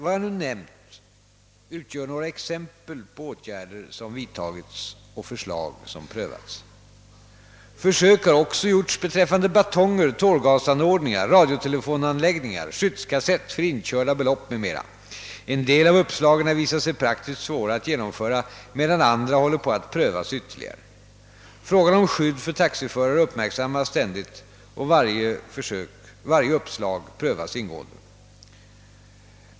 Vad jag nämnt nu utgör några exempel på åtgärder som vidtagits och förslag som prövats. Försök har också gjorts beträffande batonger, tårgasanordningar, radiotelefonanläggningar, skyddskassett för inkörda belopp m.m. En del av uppslagen har visat sig praktiskt svåra att genomföra medan andra håller på att prövas ytterligare. Frågan om skydd för taxiförare uppmärksammas ständigt, och varje uppslag prövas ingående.